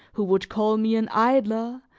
who would call me an idler,